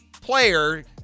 player